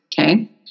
Okay